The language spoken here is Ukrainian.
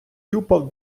тюпав